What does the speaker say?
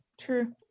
true